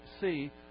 see